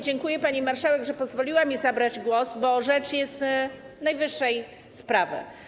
Dziękuję pani marszałek, że pozwoliła mi zabrać głos, bo rzecz jest najwyższej sprawy.